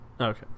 Okay